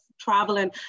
traveling